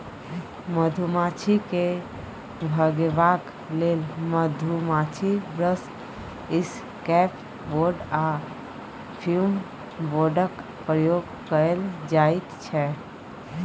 मधुमाछी केँ भगेबाक लेल मधुमाछी ब्रश, इसकैप बोर्ड आ फ्युम बोर्डक प्रयोग कएल जाइत छै